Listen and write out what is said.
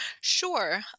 Sure